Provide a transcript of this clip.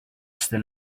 still